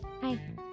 Hi